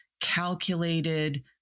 calculated